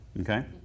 Okay